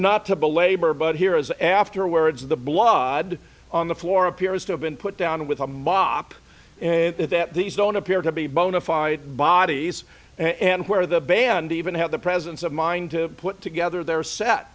not to belabor but here is afterwards the blood on the floor appears to have been put down with a mop and that the zone appeared to be bona fide bodies and where the band even had the presence of mind to put together their set